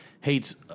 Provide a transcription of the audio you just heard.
hates